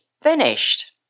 finished